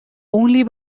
only